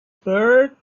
bird